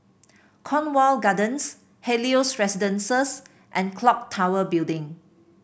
Cornwall Gardens Helios Residences and clock Tower Building